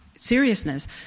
seriousness